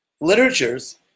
literatures